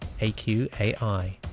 AQAI